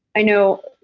i know,